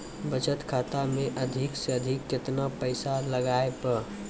बचत खाता मे अधिक से अधिक केतना पैसा लगाय ब?